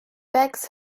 begs